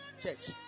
Church